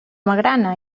magrana